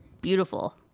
beautiful